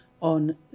on